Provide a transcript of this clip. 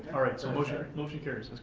alright, so motion motion carries,